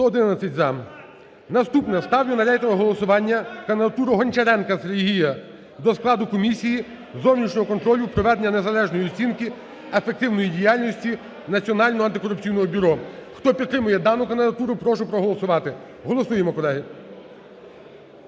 За-111 Наступне. Ставлю на рейтингове голосування кандидатуру Гончаренка Сергія до складу комісії зовнішнього контролю проведення незалежної оцінки ефективної діяльності Національного антикорупційного бюро. Хто підтримує дану кандидатуру, прошу проголосувати. Голосуємо, колеги.